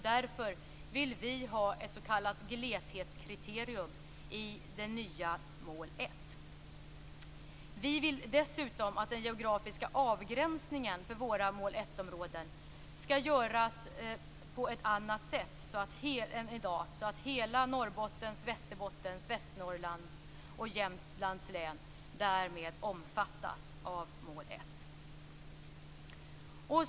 Därför vill vi ha ett s.k. gleshetskriterium i det nya mål 1. Vi vill dessutom att den geografiska avgränsningen för våra mål 1-områden skall göras på ett annat sätt än i dag, så att hela Norrbottens, Västerbottens, Västernorrlands och Jämtlands län därmed omfattas av mål 1.